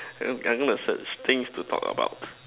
I I'm gonna search things to talk about